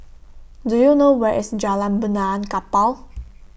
Do YOU know Where IS Jalan Benaan Kapal